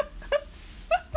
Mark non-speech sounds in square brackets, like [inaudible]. [laughs]